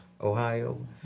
Ohio